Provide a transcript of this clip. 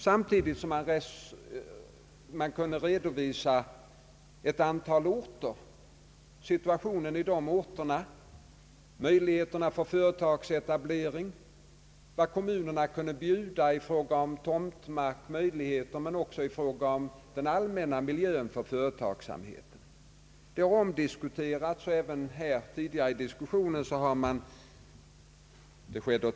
Samtidigt kunde man redovisa situationen i ett antal orter, möjligheterna till företagsetablering, vad kommunerna kunde bjuda i fråga om tomtmark men också i fråga om den allmänna miljön för företagsamheten. Dessa frågor har tidigare diskuterats.